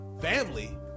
Family